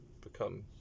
become